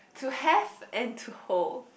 to have and to hold